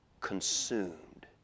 consumed